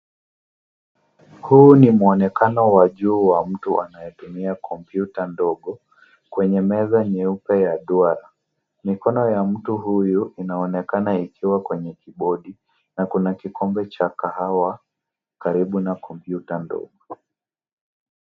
Huu ni mwonekano wa juu wa mtu anayetumia kompyuta ndogo kwenye meza nyeupe ya duara. Mikono ya mtu huyu inaonekana ikiwa kwenye kibodi na kuna kikombe cha kahawa karibu na kompyuta ndogo.